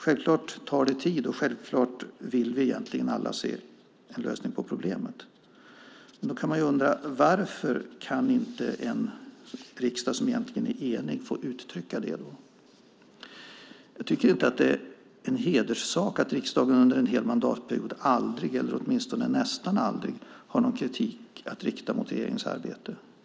Självklart tar det tid, och självklart vill vi egentligen alla se en lösning på problemet. Då kan man undra varför en riksdag som egentligen är enig inte får uttrycka det. Jag tycker inte att det är en hederssak att riksdagen under en hel mandatperiod nästan aldrig har någon kritik att rikta mot regeringens arbete.